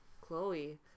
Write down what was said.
Chloe